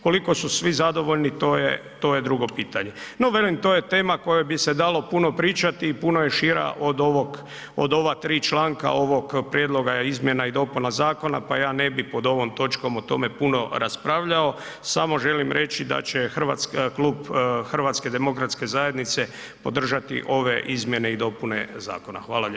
Koliko su svi zadovoljni, to je drugo pitanje no velim, to je tema o kojoj bi se dalo puno pričati i puno je šira od ova tri članka ovog prijedloga izmjena i dopuna zakona pa ja ne bi pod ovom točkom o tome puno raspravljao, samo želim reći da će klub HDZ-a podržati ove izmjene i dopune zakona.